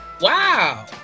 Wow